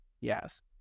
Yes